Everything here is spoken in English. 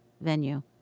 venue